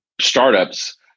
startups